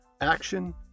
action